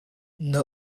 nan